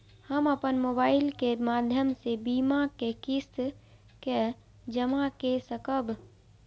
हम अपन मोबाइल के माध्यम से बीमा के किस्त के जमा कै सकब?